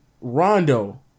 Rondo